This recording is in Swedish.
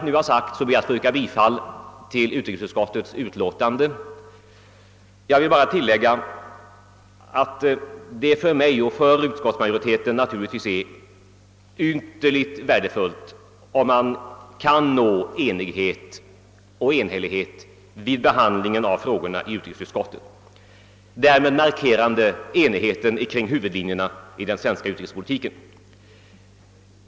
Utskottsmajoriteten anser det naturligtvis vara ytterst värdefullt om man kan nå enhällighet vid behandlingen av frågorna i utrikesutskottet, därmed markerande enigheten kring huvudlinjerna i den svenska utrikespolitiken.